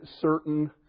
certain